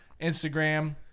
Instagram